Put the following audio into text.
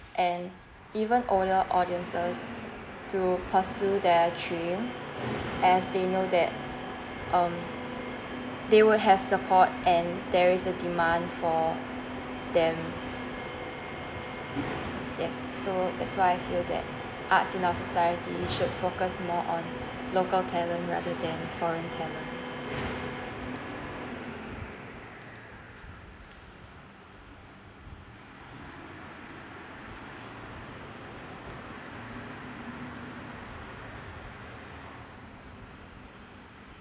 and even older audiences to pursue their dream as they know that um they would have support and there is a demand for them yes so that's why I feel that art in our society should focus more on local talent rather than foreign talent